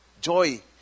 Joy